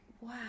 wow